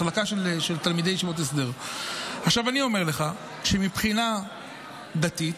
אני אתן לך דוגמה.